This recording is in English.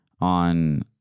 on